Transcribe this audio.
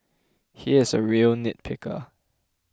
he is a real nitpicker